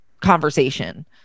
conversation